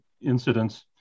incidents